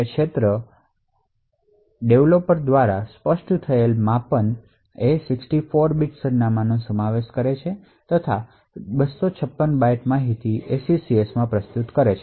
આ ક્ષેત્ર ડેવલોપર દ્વારા સ્પષ્ટ થયેલ છે માપન ખરેખર 64 બીટ સરનામાંનો સમાવેશ કરે છે અને 256 બાઇટ માહિતી SECSમાં પ્રસ્તુત કરે છે